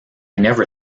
never